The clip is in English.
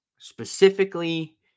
Specifically